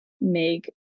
make